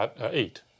eight